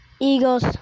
Eagles